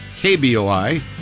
KBOI